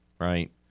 Right